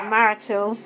Marital